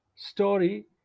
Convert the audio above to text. story